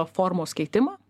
formos keitimą